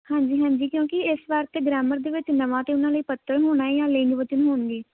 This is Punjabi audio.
ਹਾਂਜੀ ਹਾਂਜੀ ਕਿਉਂਕਿ ਇਸ ਵਕਤ ਗਰਾਮਰ ਦੇ ਵਿੱਚ ਨਵਾਂ ਤਾਂ ਉਹਨਾਂ ਲਈ ਪੱਤਰ ਹੋਣਾ ਜਾਂ ਲਿੰਗ ਵਚਨ ਹੋਣਗੇ